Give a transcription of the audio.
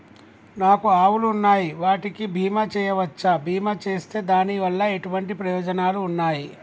నాకు ఆవులు ఉన్నాయి వాటికి బీమా చెయ్యవచ్చా? బీమా చేస్తే దాని వల్ల ఎటువంటి ప్రయోజనాలు ఉన్నాయి?